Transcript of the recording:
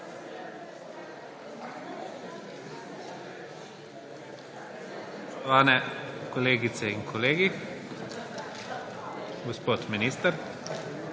Hvala